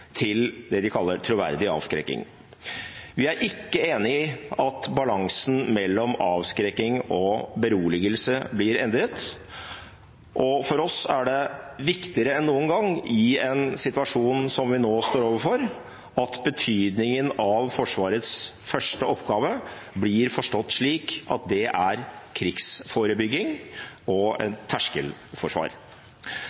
til det de kaller «troverdig avskrekking». Vi er ikke enig i at balansen mellom avskrekking og beroligelse blir endret, og for oss er det viktigere enn noen gang, i en situasjon som den vi nå står overfor, at betydningen av Forsvarets første oppgave blir forstått slik at den er krigsforebygging og